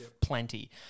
plenty